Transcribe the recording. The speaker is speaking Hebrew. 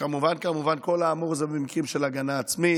שכמובן כל האמור זה במקרים של הגנה עצמית,